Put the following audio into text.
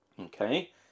Okay